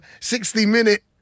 60-minute